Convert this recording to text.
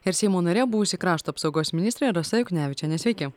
ir seimo narė buvusi krašto apsaugos ministrė rasa juknevičienė sveiki